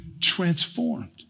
transformed